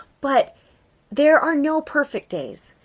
but there are no perfect days.